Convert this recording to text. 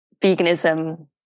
veganism